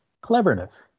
cleverness